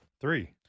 Three